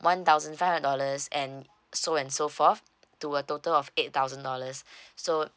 one thousand five dollars and so and so forth to a total of eight thousand dollars so